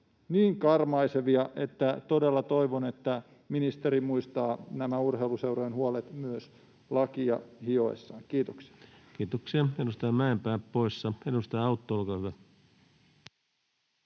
niin karmaisevia, että todella toivon, että ministeri muistaa nämä urheiluseurojen huolet myös lakia hioessaan. — Kiitoksia. Kiitoksia. — Edustaja Mäenpää, poissa. — Edustaja Autto, olkaa hyvä.